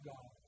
God